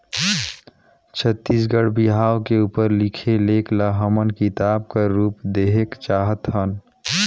छत्तीसगढ़ी बिहाव के उपर लिखे लेख ल हमन किताब कर रूप देहेक चाहत हन